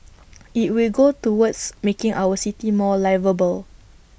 IT will go towards making our city more liveable